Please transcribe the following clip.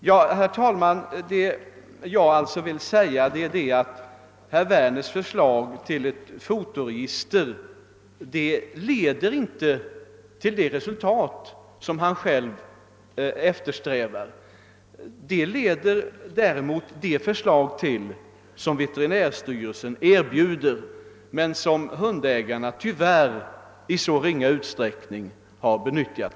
Jag vill alltså ha sagt att herr Werners förslag om inrättande av ett fotoregis ter inte leder till det resultat som eftersträvas. Det gör däremot den metod som veterinärstyrelsen erbjuder men som hundägarna tyvärr i så ringa utsträckning har utnyttjat.